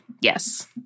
Yes